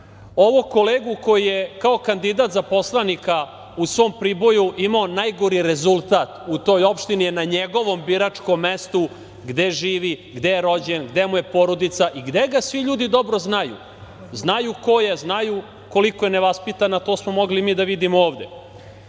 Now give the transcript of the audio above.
Ovog kolegu koji je kao kandidat za poslanika u svoj Priboju imao najgori rezultat u toj opštini je na njegovom biračkom mestu, gde živi, gde je rođen, gde mu je porodica i gde ga svi ljudi dobro znaju, znaju ko je, znaju koliko je nevaspitan, a to smo mogli i mi da vidimo ovde. Bio